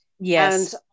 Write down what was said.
Yes